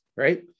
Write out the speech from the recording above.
right